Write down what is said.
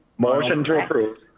motion to approve.